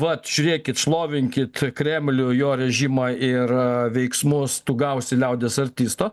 vat žiūrėkit šlovinkit kremlių jo režimą ir veiksmus tu gausi liaudies artisto